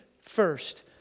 first